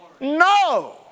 No